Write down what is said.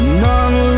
none